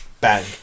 bang